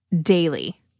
daily